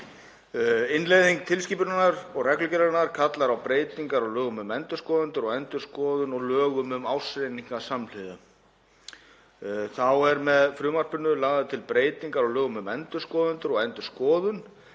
Þá eru með frumvarpinu lagðar til breytingar á lögum um endurskoðendur og endurskoðun